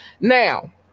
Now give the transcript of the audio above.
Now